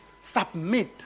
submit